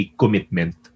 commitment